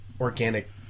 organic